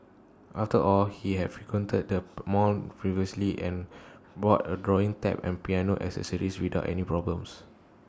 after all he had frequented the mall previously and bought A drawing tab and piano accessories without any problems